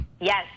Yes